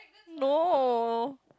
no